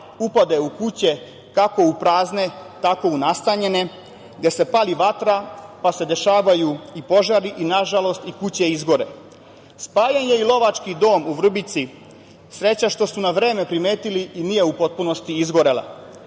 tavane, u kuće, kako u prazne, tako u nastanjene, gde se pali vatra, pa se dešavaju i požali, i nažalost i kuće izgore. Spaljen je i Lovački dom u Vrbici, sreća pa su na vreme primetili i nije u potpunosti izgorela. Teško